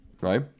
Right